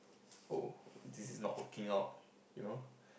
oh this is not working out you know